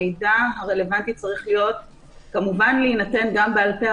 המידע הרלוונטי צריך כמובן להינתן גם בעל פה,